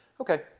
okay